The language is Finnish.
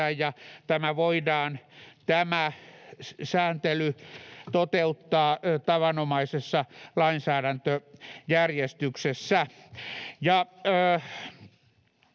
tämä sääntely voidaan toteuttaa tavanomaisessa lainsäädäntöjärjestyksessä.